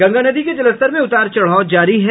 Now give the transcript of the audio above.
गंगा नदी के जलस्तर में उतार चढ़ाव जारी है